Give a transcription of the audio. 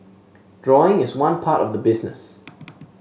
drawing is one part of the business